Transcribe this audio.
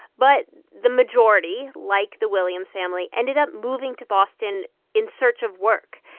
but the majority, like the williams family, ended up moving to boston in search of work.